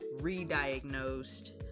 re-diagnosed